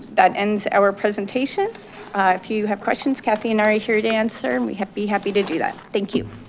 that ends our presentation if you have questions, kathy and i are ah here to answer and we have be happy to do that, thank you.